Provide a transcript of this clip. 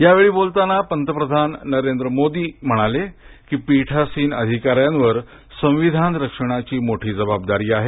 यावेळी बोलताना पंतप्रधान नरेंद्र मोदी म्हणाले कि पीठासीन अधिकाऱ्यांवर संविधान रक्षणाची मोठी जबाबदारी आहे